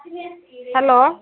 hello